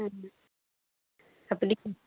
हम्म